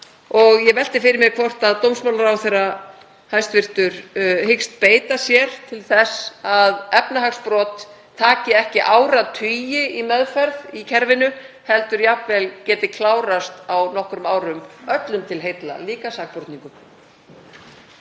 Ég velti fyrir mér hvort hæstv. dómsmálaráðherra hyggst beita sér til þess að efnahagsbrot taki ekki áratugi í meðferð í kerfinu heldur geti jafnvel klárast á nokkrum árum, öllum til heilla, líka sakborningum.